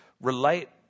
relate